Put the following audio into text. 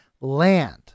land